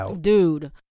Dude